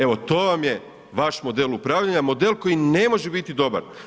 Evo to vam je vaš model upravljanja, model koji ne može biti dobar.